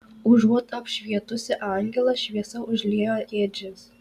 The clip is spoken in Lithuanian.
užuot apšvietusi angelą šviesa užliejo ėdžias